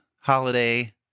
holiday